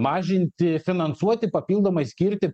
mažinti finansuoti papildomai skirti